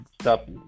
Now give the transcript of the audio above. stop